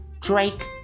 Drake